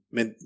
Men